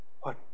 What